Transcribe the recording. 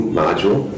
module